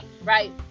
right